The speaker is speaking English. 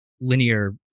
linear